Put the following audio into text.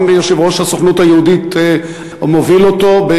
גם יושב-ראש הסוכנות היהודית מוביל אותו.